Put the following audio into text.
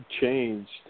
changed